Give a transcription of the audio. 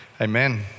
Amen